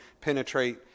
penetrate